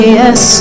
yes